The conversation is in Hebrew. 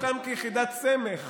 שתוקם כיחידת סמך